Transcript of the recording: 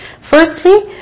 Firstly